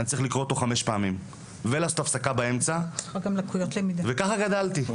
אני צריך לקרוא אותו חמש פעמים ולעשות הפסקה באמצע וככה גדלתי,